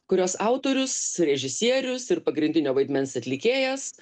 kurios autorius režisierius ir pagrindinio vaidmens atlikėjas